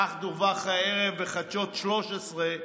כך דווח הערב בחדשות 13,